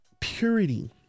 purity